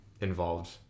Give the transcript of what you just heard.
involved